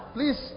Please